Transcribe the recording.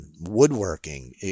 woodworking